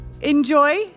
enjoy